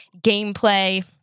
gameplay